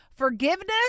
Forgiveness